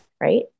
right